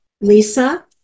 Lisa